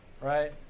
right